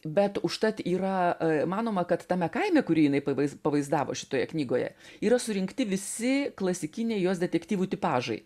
bet užtat yra manoma kad tame kaime kurį jinai pavaiz pavaizdavo šitoje knygoje yra surinkti visi klasikiniai jos detektyvų tipažai